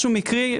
משהו מקרי.